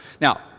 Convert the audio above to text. Now